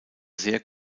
sehr